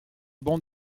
bancs